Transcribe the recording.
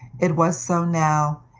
it was so now,